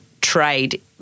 trade